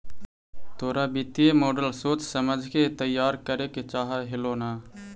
तोरा वित्तीय मॉडल सोच समझ के तईयार करे के चाह हेलो न